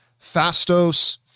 Fastos